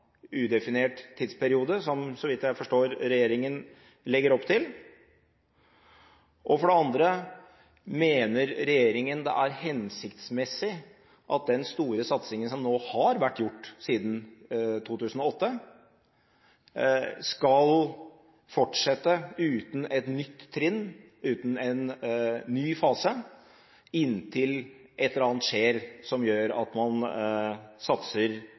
udefinert tidsperiode – som regjeringen, så vidt jeg forstår, legger opp til? For det andre: Mener regjeringen det er hensiktsmessig at den store satsingen, som nå har vært gjort siden 2008, skal fortsette uten et nytt trinn – uten en ny fase – inntil et eller annet skjer som gjør at man satser